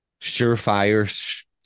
surefire